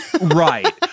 Right